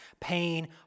pain